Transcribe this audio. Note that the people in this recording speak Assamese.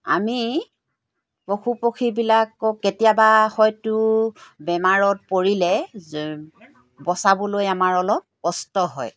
আমি পশু পক্ষীবিলাকক কেতিয়াবা হয়তো বেমাৰত পৰিলে বচাবলৈ আমাৰ অলপ কষ্ট হয়